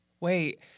Wait